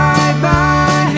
Bye-bye